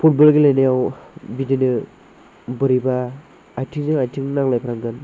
football गेलेनायाव बिदिनो बोरैबा आइथिंजो आइथिं नांलायफ्लांगोन